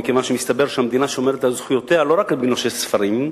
מכיוון שמסתבר שהמדינה שומרת על זכויותיה לא רק בנושא ספרים,